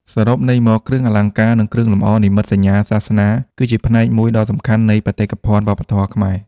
សរុបន័យមក គ្រឿងអលង្ការ និងគ្រឿងលម្អនិមិត្តសញ្ញាសាសនា គឺជាផ្នែកមួយដ៏សំខាន់នៃបេតិកភណ្ឌវប្បធម៌ខ្មែរ។